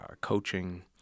coaching